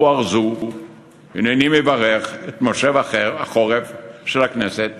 ברוח זו הנני מברך את כנס החורף של הכנסת